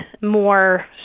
more